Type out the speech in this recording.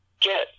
get